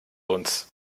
uns